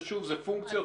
זה פונקציות,